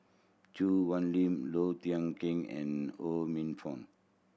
Choo Hwee Lim Low Thia Khiang and Ho Minfong